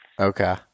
Okay